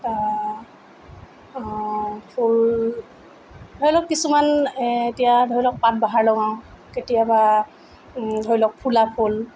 ফুল ধৰি লওক কিছুমান এই এতিয়া ধৰি লওক পাত বাহাৰ লগাওঁ কেতিয়াবা ধৰি লওক ফুলা ফুল